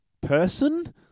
person